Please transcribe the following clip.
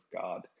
God